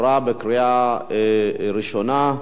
לוועדת החוקה,